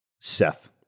Seth